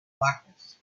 blackness